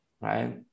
right